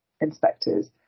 inspectors